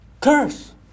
curse